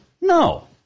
No